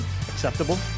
acceptable